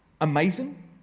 amazing